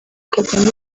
kagame